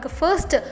first